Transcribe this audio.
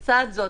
13:00) בצד זאת,